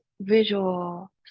visual